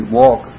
walk